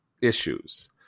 issues